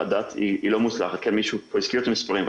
לא מוצלח ומישהו פה הזכיר את המספרים.